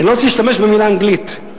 אני לא רוצה להשתמש במלה האנגלית,